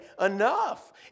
Enough